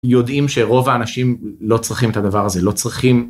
יודעים שרוב האנשים לא צריכים את הדבר הזה, לא צריכים.